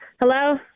Hello